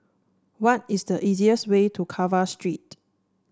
what is the easiest way to Carver Street